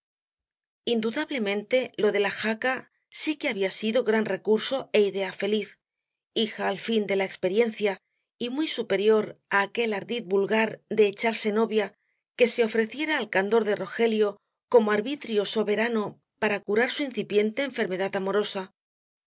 indudablemente lo de la jaca sí que había sido gran recurso é idea feliz hija al fin de la experiencia y muy superior á aquel ardid vulgar de echarse novia que se ofreciera al candor de rogelio como arbitrio soberano para curar su incipiente enfermedad amorosa